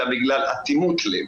אלא בגלל אטימות לב